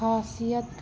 ਖਾਸੀਅਤ